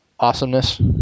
awesomeness